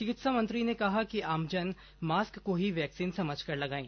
चिकित्सा मंत्री ने कहा कि आमजन मास्क को ही वैक्सीन समझकर लगाएं